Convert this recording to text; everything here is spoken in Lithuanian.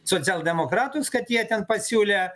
socialdemokratus kad jie ten pasiūlė